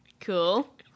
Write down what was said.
Cool